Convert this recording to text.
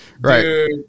right